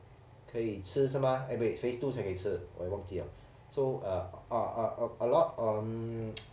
可以吃是吗 eh 不对才可以吃我也忘记 liao so uh a a a lot um